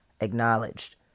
acknowledged